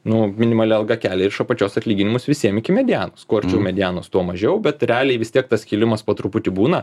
nu minimali alga kelia iš apačios atlyginimus visiem iki medianos kuo arčiau medianos tuo mažiau bet realiai vis tiek tas kilimas po truputį būna